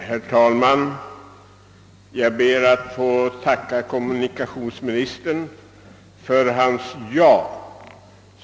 Herr talman! Jag ber att få tacka kommunikationsministern för hans ja.